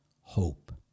hope